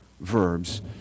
verbs